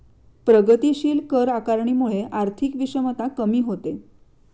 प्रगतीशील कर आकारणीमुळे आर्थिक विषमता कमी होते